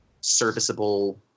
serviceable